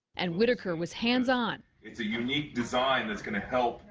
and whitaker was hands on. it's a unique design that's going to help.